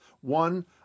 One